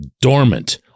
dormant